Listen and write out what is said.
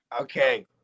Okay